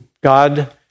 God